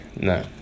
No